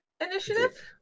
Initiative